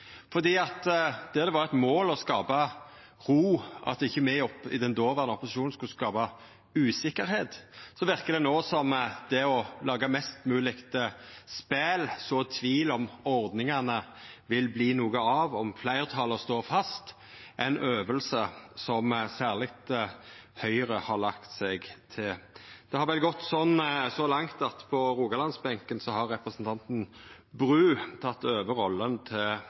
det var eit mål å skapa ro, at ikkje me i den dåverande opposisjonen skulle skapa uvisse, verkar det no som om det å laga mest mogleg spel og så tvil om ordningane vil verta noko av, og om fleirtalet står fast, er ei øving som særleg Høgre har lagt seg til. Det har vel gått så langt at på rogalandsbenken har representanten Bru teke over rolla til